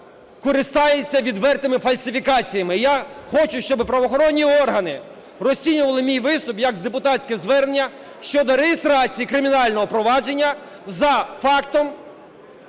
користується відвертими фальсифікаціями. Я хочу, щоб правоохоронні органи розцінювали мій виступ як депутатське звернення щодо реєстрації кримінального провадження за фактом